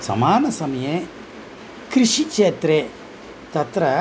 समानसमये कृषिक्षेत्रे तत्र